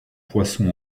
poison